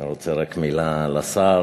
אני רוצה רק מילה לשר: